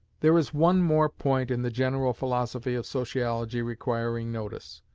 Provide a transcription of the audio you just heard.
there is one more point in the general philosophy of sociology requiring notice.